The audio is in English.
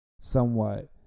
somewhat